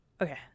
Okay